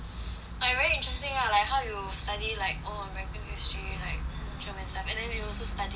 like very interesting ah like how you study like oh american history like german and stuff and then we also study how